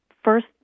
First